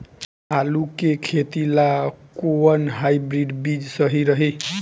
आलू के खेती ला कोवन हाइब्रिड बीज सही रही?